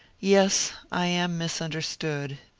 yes, i am misunderstood.